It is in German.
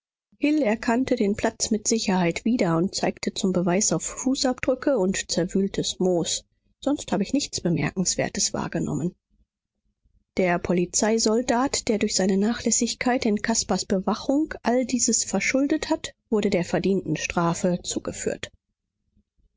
erkannte den platz mit sicherheit wieder und zeigte zum beweis auf fußabdrücke und zerwühltes moos sonst habe ich nichts bemerkenswertes wahrgenommen der polizeisoldat der durch seine nachlässigkeit in caspars bewachung all dieses verschuldet hat wurde der verdienten strafe zugeführt